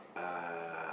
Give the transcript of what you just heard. uh